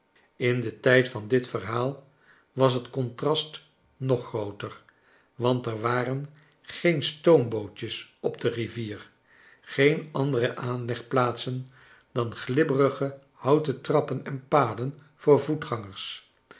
in den tijd van dit verhaal was het contrast nog grooter want er waren geen stoombootjes op de rivier geen andere aanlegplaatsen dan glibberige houten trappen en paden voor voetgangers